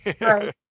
Right